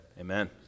Amen